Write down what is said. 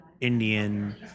Indian